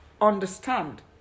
understand